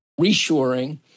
reshoring